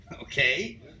Okay